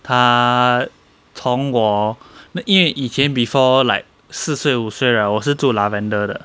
他从我因为以前 before like 四岁五岁 right 我是住 lavender 的